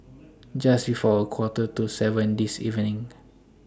Just before A Quarter to seven This evening